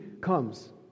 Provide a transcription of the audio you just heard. comes